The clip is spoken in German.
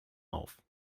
auf